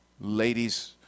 Ladies